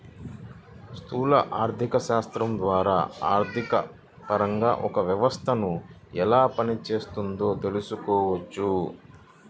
స్థూల ఆర్థికశాస్త్రం ద్వారా ఆర్థికపరంగా ఒక వ్యవస్థను ఎలా పనిచేస్తోందో తెలుసుకోవచ్చు